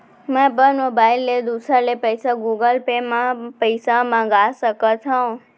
का मैं अपन मोबाइल ले दूसर ले पइसा गूगल पे म पइसा मंगा सकथव?